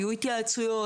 היו התייעצויות,